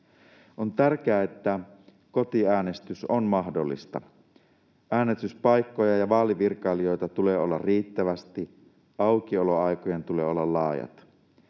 On tärkeää, että kotiäänestys on mahdollista. Äänestyspaikkoja ja vaalivirkailijoita tulee olla riittävästi. Aukioloaikojen tulee olla laajat.